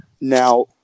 Now